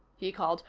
he called.